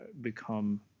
become